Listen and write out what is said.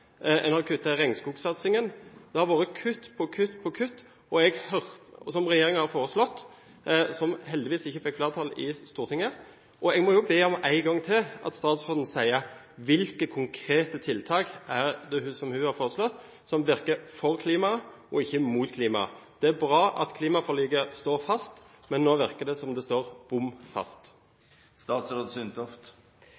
en har kuttet i regnskogsatsingen. Regjeringen foreslo kutt på kutt på kutt som heldigvis ikke fikk flertall i Stortinget. Jeg må be statsråden om å si én gang til hvilke konkrete tiltak som hun har foreslått, som virker for klimaet og ikke imot klimaet. Det er bra at klimaforliket står fast, men nå virker det som det står bom fast.